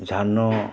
ᱡᱷᱟᱱᱚ